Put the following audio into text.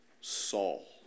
Saul